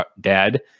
dad